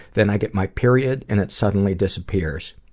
then i get my period and it suddenly disappears.